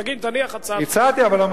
תניח הצעה.